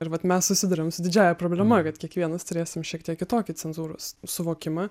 ir vat mes susiduriam su didžiąja problema kad kiekvienas turėsim šiek tiek kitokį cenzūros suvokimą